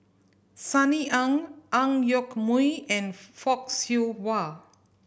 Sunny Ang Ang Yoke Mooi and Fock Siew Wah